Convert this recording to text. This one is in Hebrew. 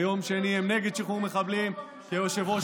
ויום שני הם נגד שחרור מחבלים כי היושב-ראש נגד,